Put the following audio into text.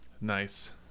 nice